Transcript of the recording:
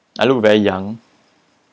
I look very young